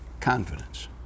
confidence